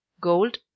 Gold